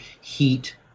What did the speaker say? heat